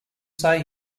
say